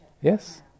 Yes